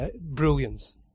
brilliance